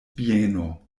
bieno